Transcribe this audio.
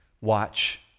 watch